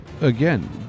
again